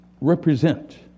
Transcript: represent